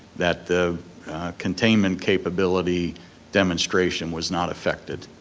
that the containment capability demonstration was not affected,